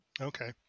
Okay